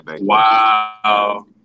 Wow